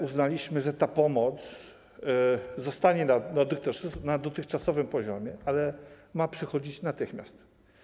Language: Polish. Uznaliśmy, że pomoc zostanie na dotychczasowym poziomie, ale ma przychodzić natychmiast.